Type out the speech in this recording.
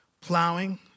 plowing